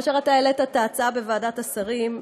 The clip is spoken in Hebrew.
כאשר העלית את ההצעה בוועדת השרים,